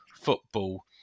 football